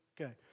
Okay